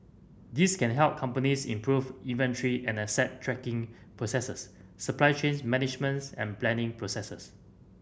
these can help companies improve inventory and asset tracking processes supply chains managements and planning processes